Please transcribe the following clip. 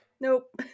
nope